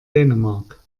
dänemark